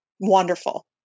wonderful